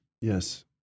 yes